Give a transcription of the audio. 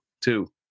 two